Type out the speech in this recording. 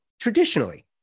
Traditionally